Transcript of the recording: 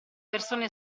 persone